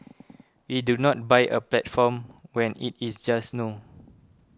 we do not buy a platform when it is just new